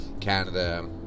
Canada